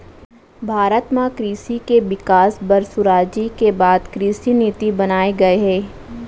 भारत म कृसि के बिकास बर सुराजी के बाद कृसि नीति बनाए गये हे